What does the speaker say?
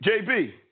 JB